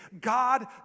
God